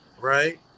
right